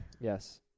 yes